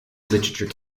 literature